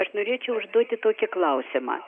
aš norėčiau užduoti tokį klausimą